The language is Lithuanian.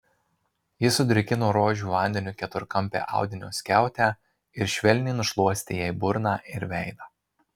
jis sudrėkino rožių vandeniu keturkampę audinio skiautę ir švelniai nušluostė jai burną ir veidą